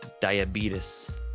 diabetes